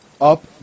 Up